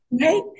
Right